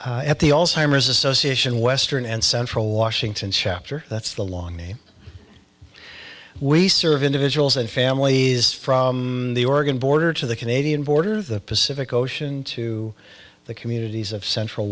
at the all simers association western and central washington chapter that's the long name we serve individuals and families from the oregon border to the canadian border of the pacific ocean to the communities of central